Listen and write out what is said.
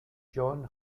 john